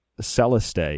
Celeste